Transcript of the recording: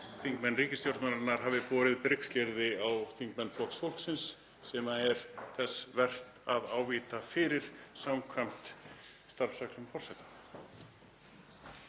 þingmenn ríkisstjórnarinnar hafi borið brigslyrði á þingmenn Flokks fólksins sem er vert að ávíta fyrir samkvæmt starfsreglum forseta.